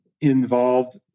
involved